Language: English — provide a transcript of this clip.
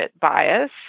bias